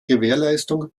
gewährleistung